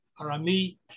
Arami